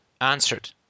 answered